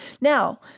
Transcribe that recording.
Now